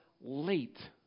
late